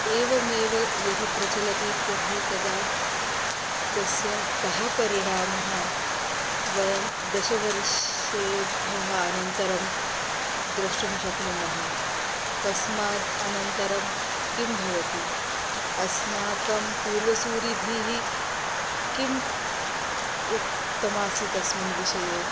एवमेव यदि प्रचलति तर्हि तदा तस्य कः परिणामः वयं दशवर्षेभ्यः अनन्तरं द्रष्टुं शक्नुमः तस्मात् अनन्तरं किं भवति अस्माकं पूर्वसूरिभिः किम् उक्तमासीत् अस्मिन् विषये